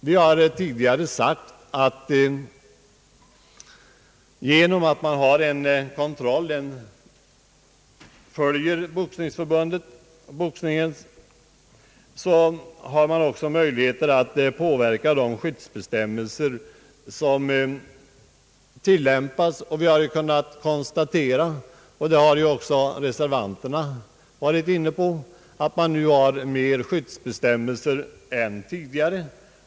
Vi har tidigare sagt att genom den kontrollen kan vi via Boxningsförbundet följa boxningen och påverka de skyddsbestämmelser som = tillämpas. Även reservanterna har ju ansett att det är fullt i sin ordning att man nu har mer skyddsbestämmelser än tidigare.